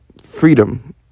Freedom